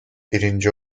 birinci